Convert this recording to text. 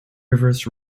rivers